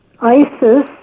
Isis